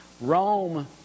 Rome